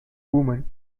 women